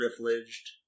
privileged